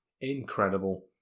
Incredible